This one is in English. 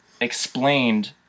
explained